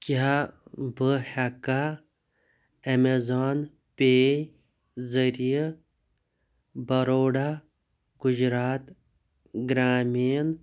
کیٛاہ بہٕ ہیٚکھا اَیمازان پے ذٔریعہِ بَروڈا گُجرات گرٛامیٖن